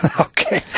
Okay